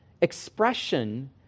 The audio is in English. expression